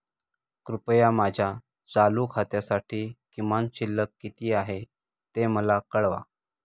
कृपया माझ्या चालू खात्यासाठी किमान शिल्लक किती आहे ते मला कळवा